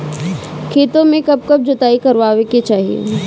खेतो में कब कब जुताई करावे के चाहि?